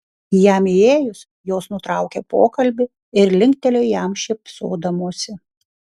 jam įėjus jos nutraukė pokalbį ir linktelėjo jam šypsodamosi